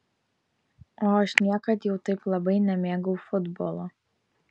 o aš niekad jau taip labai nemėgau futbolo